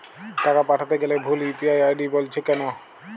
টাকা পাঠাতে গেলে ভুল ইউ.পি.আই আই.ডি বলছে কেনো?